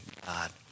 God